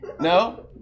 No